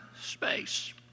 space